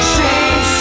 Shame